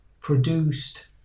produced